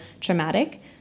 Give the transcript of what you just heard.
traumatic